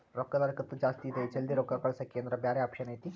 ರೊಕ್ಕದ ಹರಕತ್ತ ಜಾಸ್ತಿ ಇದೆ ಜಲ್ದಿ ರೊಕ್ಕ ಕಳಸಕ್ಕೆ ಏನಾರ ಬ್ಯಾರೆ ಆಪ್ಷನ್ ಐತಿ?